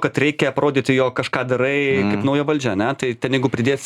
kad reikia parodyti jog kažką darai kad nauja valdžia ane tai ten jeigu pridės